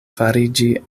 fariĝi